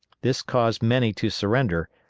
this caused many to surrender,